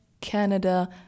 canada